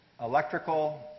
electrical